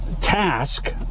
Task